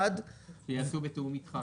ייעשו בתיאום אתך.